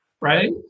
right